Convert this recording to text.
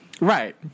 Right